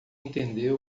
entender